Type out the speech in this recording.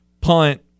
punt